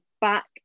Back